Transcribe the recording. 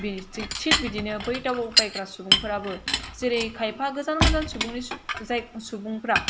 थिग बिदिनो बै दावबायग्रा सुबुंफोराबो जेरै खायफा गोजान गोजान सुबुंनि सुबुंफ्रा